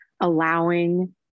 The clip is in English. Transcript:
allowing